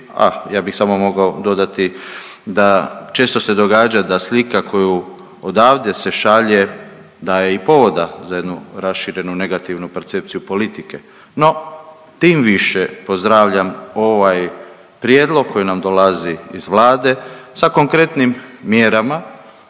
ah, ja bih samo mogao dodati da često se događa da slika koju odavde se šalje, daje i povoda za jednu raširenu negativnu percepciju politike. No, tim više pozdravljam ovaj prijedlog koji nam dolazi iz Vlade sa konkretnim mjerama,